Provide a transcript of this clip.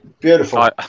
Beautiful